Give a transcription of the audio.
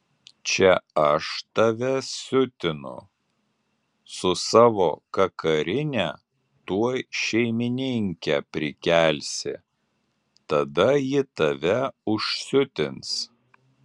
čia aš tave siutinu su savo kakarine tuoj šeimininkę prikelsi tada ji tave užsiutins